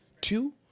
Two